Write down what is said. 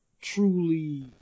truly